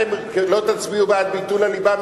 אתם לא תצביעו בעד ביטול הליבה,